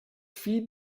feed